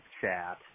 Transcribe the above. chat